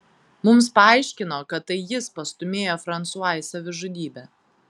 mums paaiškino kad tai jis pastūmėjo fransua į savižudybę